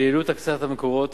על יעילות הקצאת המקורות,